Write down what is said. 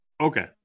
Okay